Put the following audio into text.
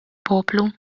poplu